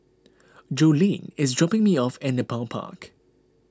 Jolene is dropping me off at Nepal Park